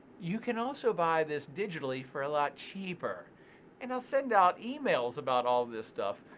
you can also buy this digitally for a lot cheaper and i'll send out emails about all this stuff.